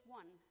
one